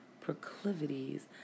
proclivities